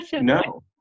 No